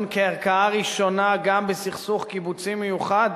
כערכאה ראשונה גם בסכסוך קיבוצי מיוחד,